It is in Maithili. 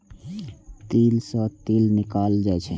तिल सं तेल निकालल जाइ छै